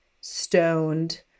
stoned